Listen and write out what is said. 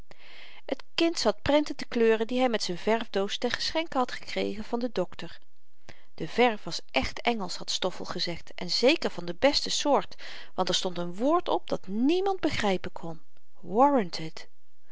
t kind zat prenten te kleuren die hy met n verfdoos ten geschenke had gekregen van den dokter de verf was echt engelsch had stoffel gezegd en zeker van de beste soort want er stond n woord op dat niemand begrypen kon